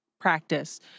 practice